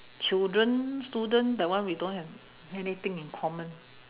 children student that one we don't have anything in common